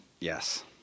Yes